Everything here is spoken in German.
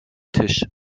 tisch